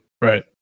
Right